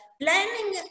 planning